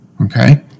Okay